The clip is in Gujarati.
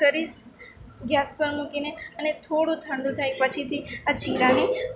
કરીશ ગેસ પર મૂકીને અને થોડું ઠંડુ થાય પછીથી આ જીરાને